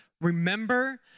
remember